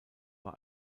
war